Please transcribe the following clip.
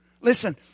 Listen